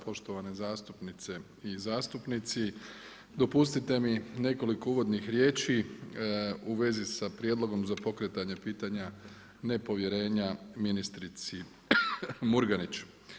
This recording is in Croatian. Poštovane zastupnice i zastupnici, dopustite mi nekoliko uvodnih riječi u vezi sa prijedlogom za pokretanje pitanja nepovjerenja ministrici Murganić.